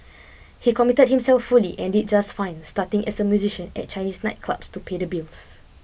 he commit himself fully and did just fine starting as a musician at Chinese nightclubs to pay the bills